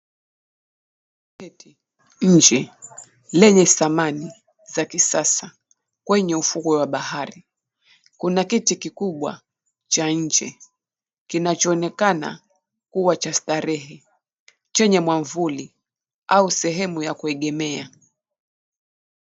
...keti, inje lenye samani za kisasa kwenye ufuo wa bahari. Kuna kiti kikubwa cha inje kinachoonekana kuwa cha starehe chenye mwavuli au sehemu ya kuegemea.